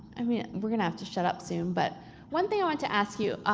i mean, we're gonna have to shut up soon, but one thing i want to ask you,